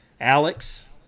alex